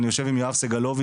אני יושב עם יואב סיגלוביץ,